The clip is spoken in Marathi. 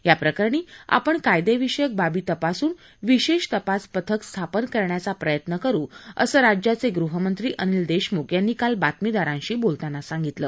याप्रकरणी आपण कायदेविषयक बाबी तपासून विशेष तपास पथक स्थापन करण्याचा प्रयत्न करु असं राज्याचे गृहमंत्री अनिल देशमुख यांनी काल बातमीदारांशी बोलताना सांगितलं